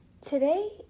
Today